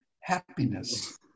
happiness